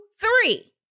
three